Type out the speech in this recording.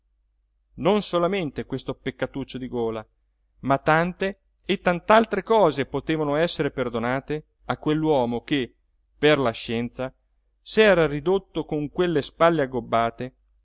non solamente questo peccatuccio di gola ma tante e tant'altre cose potevano essere perdonate a quell'uomo che per la scienza s'era ridotto con quelle spalle aggobbate